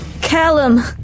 Callum